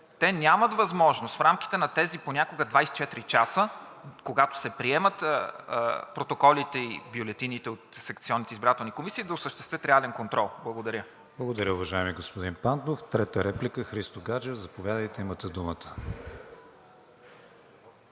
Те нямат възможност в рамките на тези понякога 24 часа, когато се приемат протоколите и бюлетините от секционните избирателни комисии, да осъществят реален контрол. Благодаря. ПРЕДСЕДАТЕЛ КРИСТИАН ВИГЕНИН: Благодаря, уважаеми господин Пандов. Трета реплика – Христо Гаджев. Заповядайте.